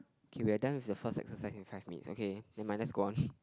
okay we are done with the first exercise in five minutes okay nevermind let's go on